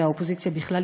והאופוזיציה בכלל,